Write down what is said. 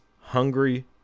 hungry